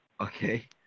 Okay